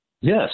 Yes